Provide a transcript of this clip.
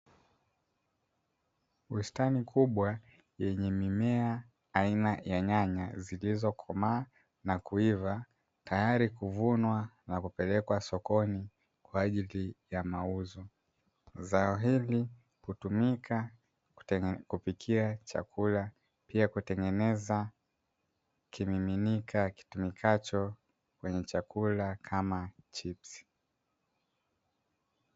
Bustani kubwa yenye mimea aina ya nyanya zilizokomaa na kuivaa tayari kuvunwa na kupelekwa sokoni kwa ajili ya mauzo. Zao hili hutumika kupikia chakula, pia kutengeneza kimiminika kitumikacho kwenye chakula kama chipsi.